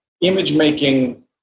image-making